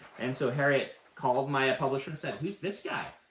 and so harriet called my ah publisher and said, who's this guy?